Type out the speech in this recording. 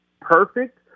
perfect